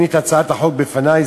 אין לי את הצעת החוק בפני,